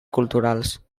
culturals